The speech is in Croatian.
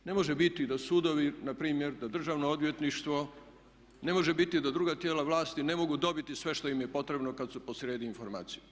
Ne može biti da sudovi npr., da državno odvjetništvo, ne može biti da druga tijela vlasti ne mogu dobiti sve što im je potrebno kada su posrijedi informacije.